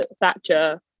thatcher